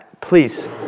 please